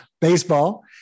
baseball